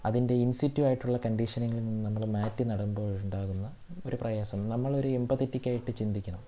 അതിൻ്റെ ഇൻസിറ്റീവായിട്ടുള്ള കണ്ടിഷനിൽ നിന്നും നമ്മൾ മാറ്റി നടുമ്പോഴുണ്ടാകുന്ന ഒരു പ്രയാസം നമ്മളൊരു എമ്പതറ്റിക്കായിട്ട് ചിന്തിക്കണം